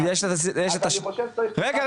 אז אני חושב שצריך --- רגע,